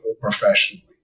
professionally